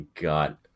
god